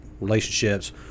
relationships